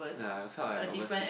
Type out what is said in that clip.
yeah I felt like I'm overseas